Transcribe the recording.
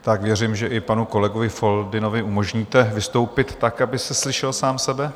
Tak věřím, že i panu kolegovi Foldynovi umožníte vystoupit tak, aby slyšel sám sebe.